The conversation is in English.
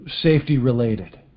safety-related